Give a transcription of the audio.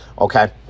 Okay